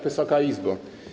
Wysoka Izbo!